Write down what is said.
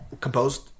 Composed